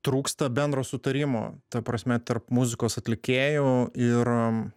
trūksta bendro sutarimo ta prasme tarp muzikos atlikėjų ir